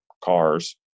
cars